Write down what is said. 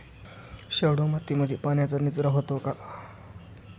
शाडू मातीमध्ये पाण्याचा निचरा होतो का?